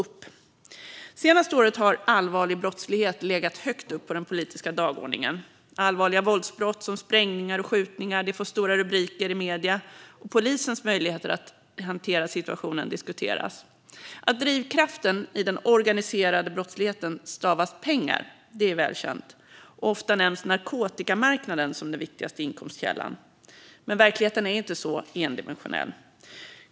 Det senaste året har allvarlig brottslighet legat högt upp på den politiska dagordningen. Allvarliga våldsbrott som sprängningar och skjutningar får stora rubriker i medierna, och polisens möjligheter att hantera situationen diskuteras. Att drivkraften i den organiserade brottsligheten stavas pengar är välkänt, och ofta nämns narkotikamarknaden som den viktigaste inkomstkällan. Men verkligheten är inte så endimensionell.